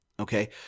Okay